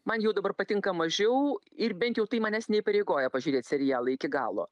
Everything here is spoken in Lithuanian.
man jau dabar patinka mažiau ir bent jau tai manęs neįpareigoja pažiūrėt serialą iki galo